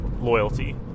loyalty